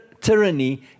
tyranny